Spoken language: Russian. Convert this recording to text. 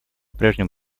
прежнему